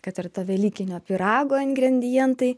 kad ir to velykinio pyrago ingredientai